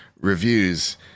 reviews